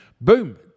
Boom